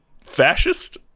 fascist